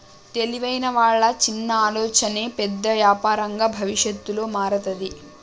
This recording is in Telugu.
తెలివైన వాళ్ళ చిన్న ఆలోచనే పెద్ద యాపారంగా భవిష్యత్తులో మారతాది